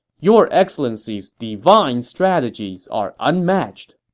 your excellency's divine strategies are unmatched!